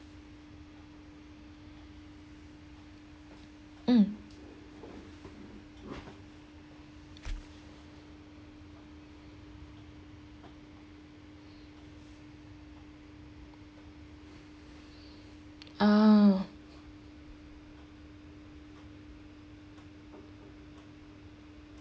mm ah